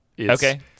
Okay